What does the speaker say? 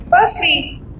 Firstly